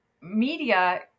media